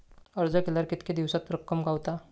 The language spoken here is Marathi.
अर्ज केल्यार कीतके दिवसात रक्कम गावता?